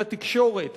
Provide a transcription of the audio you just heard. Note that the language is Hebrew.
על התקשורת,